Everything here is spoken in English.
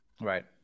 Right